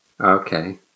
Okay